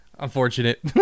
Unfortunate